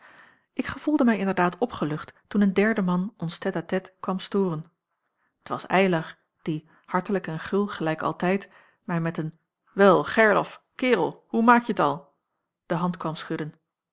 ik gevoelde mij inderdaad opgelucht toen een derde man ons tête-à-tête kwam storen t was eylar die hartelijk en gul gelijk altijd mij met een wel gerlof kerel hoe maak je t al de hand kwam schudden